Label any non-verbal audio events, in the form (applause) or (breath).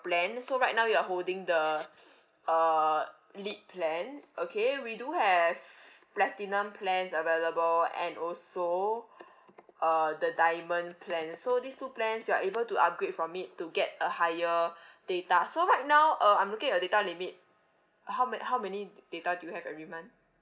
plan so right now you're holding the (breath) uh lead plan okay we do have platinum plans available and also (breath) uh the diamond plan so these two plans you are able to upgrade from it to get a higher (breath) data so right now uh I'm looking at your data limit how many how many data do you have every month